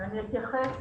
אני אתייחס,